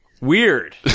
Weird